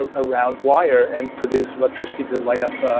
ah around wire and produce electricity to light up